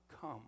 come